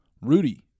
rudy